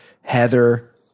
Heather